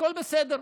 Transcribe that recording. הכול בסדר,